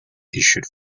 issued